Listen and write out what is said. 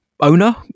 owner